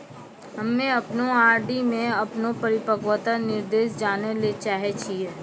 हम्मे अपनो आर.डी मे अपनो परिपक्वता निर्देश जानै ले चाहै छियै